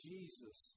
Jesus